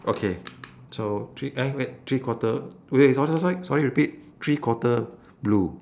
okay so three eh wait three quarter wait wait sorry sorry sorry sorry repeat three quarter blue